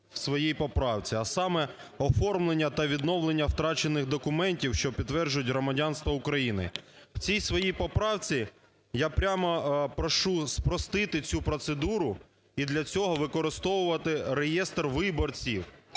в своїй поправці, а саме оформлення та відновлення втрачених документів, що підтверджують громадянство України. В цій своїй поправці я прямо прошу спростити цю процедуру і для цього використовувати реєстр виборців.